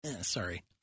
Sorry